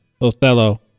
Othello